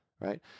right